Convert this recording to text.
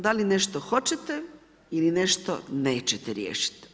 Da li nešto hoćete ili nešto nećete riješit.